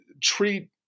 treat